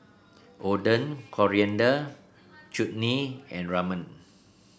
Oden Coriander Chutney and Ramen